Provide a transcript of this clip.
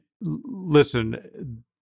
Listen